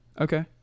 Okay